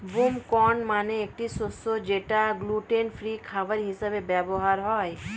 broom corn মানে একটি শস্য যেটা গ্লুটেন ফ্রি খাবার হিসেবে ব্যবহার হয়